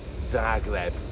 zagreb